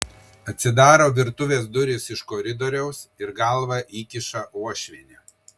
atsidaro virtuvės durys iš koridoriaus ir galvą įkiša uošvienė